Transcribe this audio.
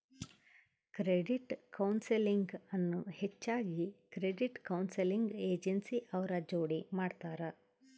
credit counselling ಅನ್ನು ಹೆಚ್ಚಾಗಿ credit counselling agency ಅವ್ರ ಜೋಡಿ ಮಾಡ್ತರ